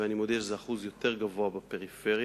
ואני מודה שהשיעור יותר גבוה בפריפריה,